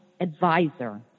advisor